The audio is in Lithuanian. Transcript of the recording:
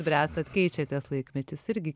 bręstat keičiatės laikmetis irgi